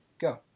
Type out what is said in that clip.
go